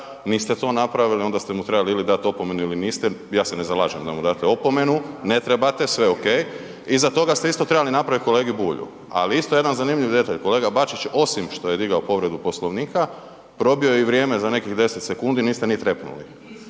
niste to napravili, onda ste mu trebali ili dat opomenu ili niste, ja se ne zalažem da mu date opomenu, ne trebate, sve ok, iza toga ste isto trebali napraviti kolegi Bulju. Ali isto jedan zanimljiv detalj, kolega Bačić je osim što je digao povredu Poslovnika, probio i vrijeme za nekih 10 sekundi, niste ni trepnuli,